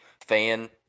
fan